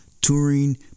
touring